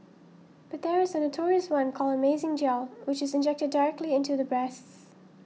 but there is a notorious one called Amazing Gel which is injected directly into the breasts